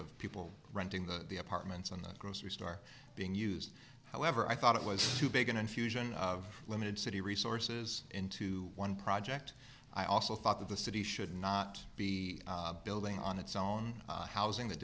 of people renting the apartments and the grocery store being used however i thought it was too big an infusion of limited city resources into one project i also thought that the city should not be building on its own housing that